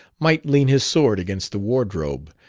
might lean his sword against the wardrobe,